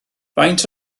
faint